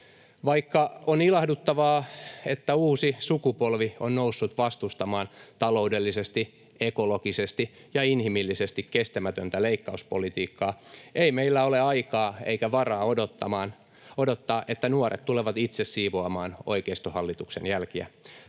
Vaikka on ilahduttavaa, että uusi sukupolvi on noussut vastustamaan taloudellisesti, ekologisesti ja inhimillisesti kestämätöntä leikkauspolitiikkaa, ei meillä ole aikaa eikä varaa odottaa, että nuoret tulevat itse siivoamaan oikeistohallituksen jälkiä.